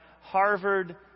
Harvard